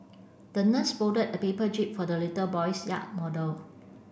the nurse folded a paper jib for the little boy's yacht model